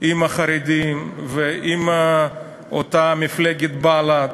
עם החרדים ועם אותה מפלגת בל"ד,